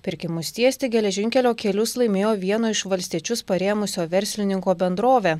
pirkimus tiesti geležinkelio kelius laimėjo vieno iš valstiečius parėmusio verslininko bendrovė